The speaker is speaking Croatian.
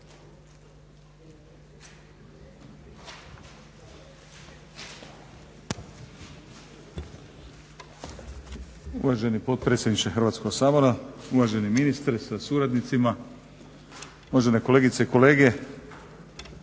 Uvaženi potpredsjedniče Hrvatskog sabora, uvaženi ministre sa suradnicima, uvažene kolegice i kolege.